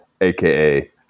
AKA